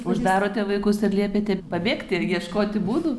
uždarote vaikus ir r liepiate pabėgti ir ieškoti būdų